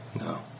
No